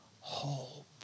hope